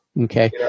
okay